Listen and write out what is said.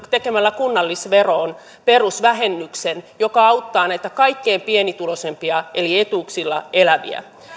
tekemällä kunnallisveroon perusvähennyksen joka auttaa näitä kaikkein pienituloisimpia eli etuuksilla eläviä